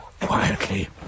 quietly